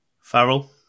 Farrell